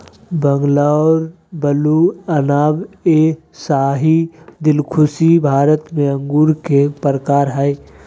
Bangalore blue, अनाब ए शाही, दिलखुशी भारत में अंगूर के प्रकार हय